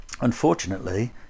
unfortunately